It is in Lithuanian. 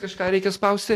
kažką reikia spausti